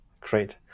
great